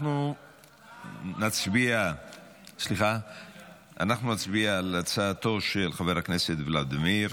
אנחנו נצביע על הצעתו של חבר הכנסת ולדימיר.